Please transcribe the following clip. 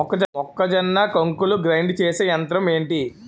మొక్కజొన్న కంకులు గ్రైండ్ చేసే యంత్రం ఏంటి?